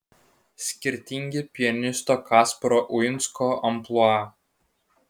skirtingi pianisto kasparo uinsko amplua